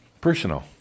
Personal